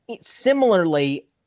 Similarly